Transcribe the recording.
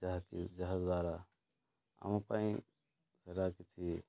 ଯାହାକି ଯାହାଦ୍ୱାରା ଆମ ପାଇଁ ସେଇଟା କିଛି